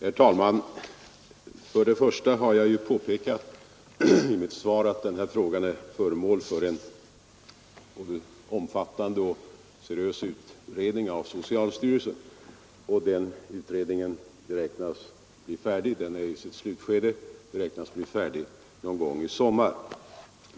Herr talman! Jag har påpekat i mitt svar att frågan är föremål för en både omfattande och seriös utredning i socialstyrelsen. Den utredningen befinner sig i sitt slutskede och beräknas bli färdig någon gång i sommar.